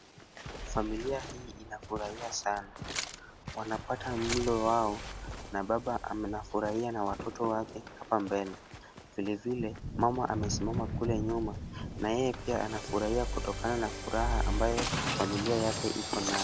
Familia hii inafurahia sana wanapata mlo wao na baba anafurahia na watoto wakehapa mbele, vile vile mama amesimama nyuma na yeye pia anafurahia kutokana na furaha ambayo familia yake iko nayo.